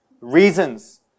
reasons